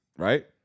Right